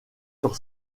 sur